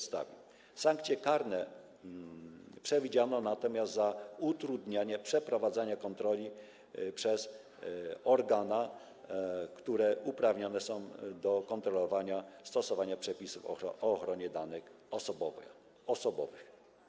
Sankcje karne przewidziano natomiast za utrudnianie przeprowadzania kontroli przez organa, które są uprawnione do kontrolowania stosowania przepisów o ochronie danych osobowych.